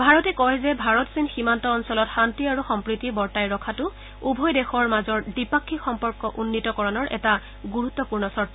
ভাৰতে কয় যে ভাৰত চীন সীমান্ত অঞ্চলত শান্তি আৰু সম্প্ৰীতি বৰ্তাই ৰখাটো উভয় দেশৰ মাজৰ দ্বিপাক্ষিক সম্পৰ্ক উন্নীতকৰণৰ এটা গুৰুত্বপূৰ্ণ চৰ্ত